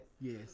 yes